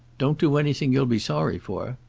don't do anything you'll be sorry for.